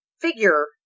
figure